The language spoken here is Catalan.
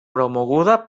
promoguda